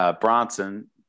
Bronson